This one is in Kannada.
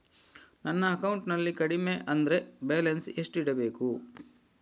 ನನ್ನ ಅಕೌಂಟಿನಲ್ಲಿ ಕಡಿಮೆ ಅಂದ್ರೆ ಬ್ಯಾಲೆನ್ಸ್ ಎಷ್ಟು ಇಡಬೇಕು?